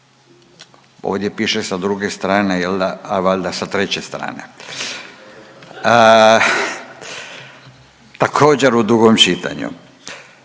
Ovdje piše sa druge strane, a valjda sa treće strane. Također u drugom čitanju.